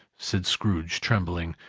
said scrooge, trembling.